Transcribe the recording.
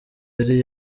yari